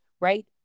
right